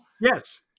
Yes